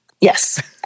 Yes